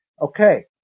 okay